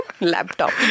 Laptop